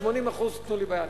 80% תנו לי ביד.